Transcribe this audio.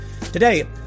Today